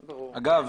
אגב,